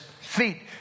feet